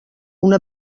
una